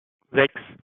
sechs